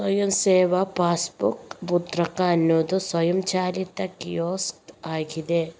ಸ್ವಯಂ ಸೇವಾ ಪಾಸ್ಬುಕ್ ಮುದ್ರಕ ಅನ್ನುದು ಸ್ವಯಂಚಾಲಿತ ಕಿಯೋಸ್ಕ್ ಆಗಿದೆ